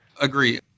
Agree